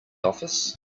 office